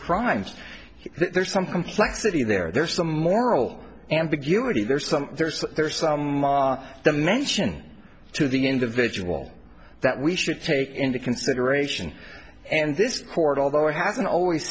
crimes there's some complexity there there's some moral ambiguity there's some there's there's some dimension to the individual that we should take into consideration and this court although hasn't always